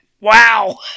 Wow